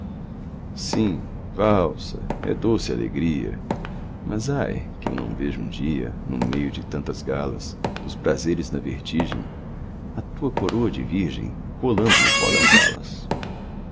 valsa é doce a alegria mas ai que eu não veja um dia no meio de tantas galas dos prazeres na vertigem a tua coroa de virgem rolando no pó das salas